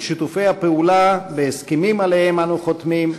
שיתופי הפעולה בהסכמים שעליהם אנו חותמים,